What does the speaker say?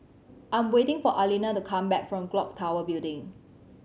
I'm waiting for Alina to come back from Clock Tower Building